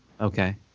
Okay